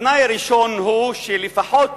התנאי הראשון הוא שלפחות